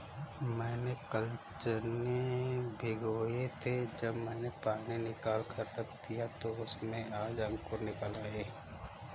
मैंने कल चने भिगोए थे जब मैंने पानी निकालकर रख दिया तो उसमें आज अंकुर निकल आए